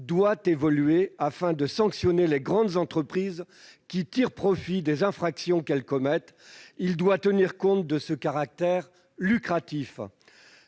doit évoluer afin que l'on puisse sanctionner les grandes entreprises qui tirent profit des infractions qu'elles commettent. Il faut tenir compte de ce caractère lucratif.